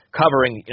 covering